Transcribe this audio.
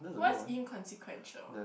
what's inconsequential